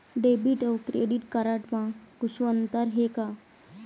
Debit अऊ credit card म कुछू अंतर हे का?